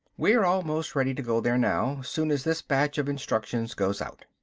we're almost ready to go there now, soon as this batch of instructions goes out.